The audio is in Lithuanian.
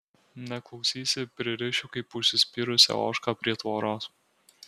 neklausysi pririšiu kaip užsispyrusią ožką prie tvoros